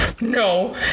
No